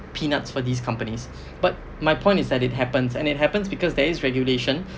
peanuts for these companies but my point is that it happens and it happens because there is regulation